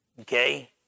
Okay